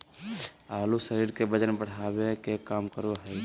आलू शरीर के वजन बढ़ावे के काम करा हइ